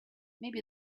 maybe